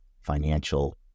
financial